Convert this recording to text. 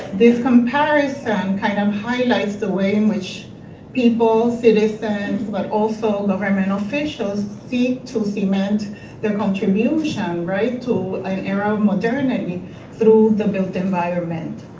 this comparison kind of highlights the way in which people, citizens, but also government officials seek to cement their contribution to an era of modernity i mean through the built environment.